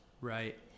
Right